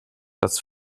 das